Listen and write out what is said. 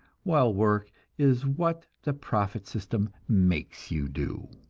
while work is what the profit system makes you do!